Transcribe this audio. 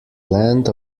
land